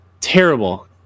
Terrible